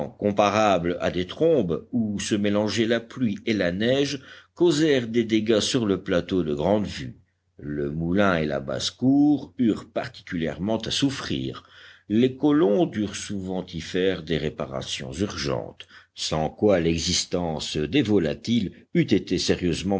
comparables à des trombes où se mélangeaient la pluie et la neige causèrent des dégâts sur le plateau de grande vue le moulin et la basse-cour eurent particulièrement à souffrir les colons durent souvent y faire des réparations urgentes sans quoi l'existence des volatiles eût été sérieusement